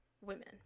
women